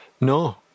No